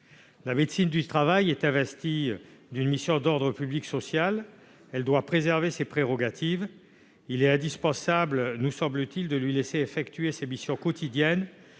La médecine du travail, investie d'une mission d'ordre public social, doit préserver ses prérogatives. Il est indispensable de la laisser effectuer ses missions quotidiennes,